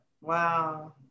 Wow